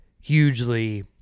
hugely